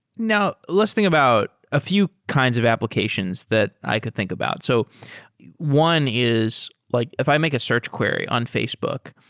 now, let's think about a few kinds of applications that i could think about. so one is like if i make a search query on facebook,